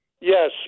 Yes